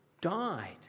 died